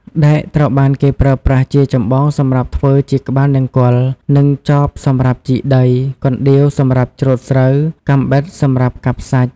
ដែកត្រូវបានគេប្រើប្រាស់ជាចម្បងសម្រាប់ធ្វើជាក្បាលនង្គ័ល និង ចបសម្រាប់ជីកដី កណ្ដៀវសម្រាប់ច្រូតស្រូវ កាំបិតសម្រាប់កាប់សាច់។